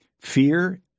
Fear